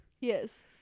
Yes